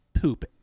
poop